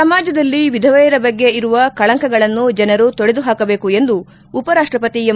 ಸಮಾಜದಲ್ಲಿ ವಿಧವೆಯರ ಬಗ್ಗೆ ಇರುವ ಕಳಂಕಗಳನ್ನು ಜನರು ತೊಡೆದುಹಾಕಬೇಕು ಎಂದು ಉಪರಾಷ್ಟಪತಿ ಎಂ